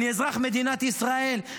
אני אזרח מדינת ישראל,